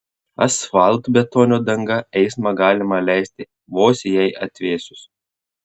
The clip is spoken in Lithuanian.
asfaltbetonio danga eismą galima leisti vos jai atvėsus